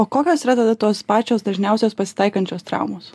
o kokios yra tada tos pačios dažniausios pasitaikančios traumos